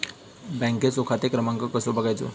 बँकेचो खाते क्रमांक कसो बगायचो?